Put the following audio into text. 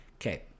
okay